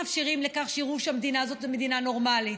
מאפשרים שיראו שהמדינה הזאת זו מדינה נורמלית,